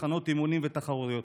במחנות אימונים ובתחרויות,